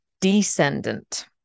descendant